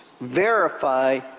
verify